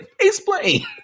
Explain